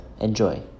enjoy